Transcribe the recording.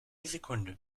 sekunde